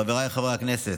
חברי הכנסת,